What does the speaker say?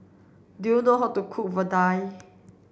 do you know how to cook Vadai